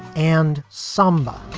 and sumba